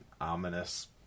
ominous